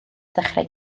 ddechrau